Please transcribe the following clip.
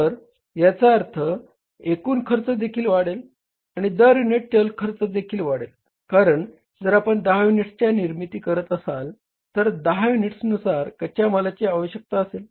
तर याचा अर्थ एकूण खर्च देखील वाढेल आणि दर युनिट चल खर्च देखील वाढेल कारण जर आपण 10 युनिट्सची निर्मिती करत असाल तर 10 युनिट्सनुसार कच्या मालाची आवश्यकता असेल